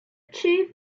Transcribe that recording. chief